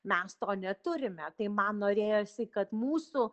mes to neturime tai man norėjosi kad mūsų